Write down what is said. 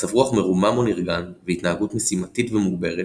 מצב רוח מרומם או נרגן והתנהגות משימתית ומוגברת,